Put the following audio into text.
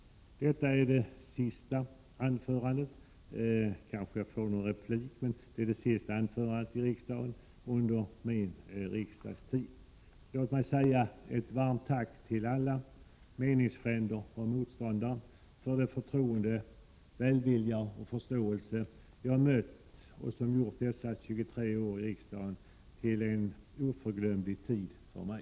Detta är det sista anförande jag håller i riksdagen — kanske jag får någon replik. Låt mig säga ett varmt tack till alla — meningsfränder och motståndare —- för det förtroende, den välvilja och den förståelse jag mött och som gjort dessa 23 år i riksdagen till en oförglömlig tid för mig.